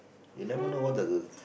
you'll never know what's the